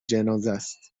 جنازهست